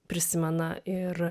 prisimena ir